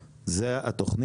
זה נכון, זאת התוכנית.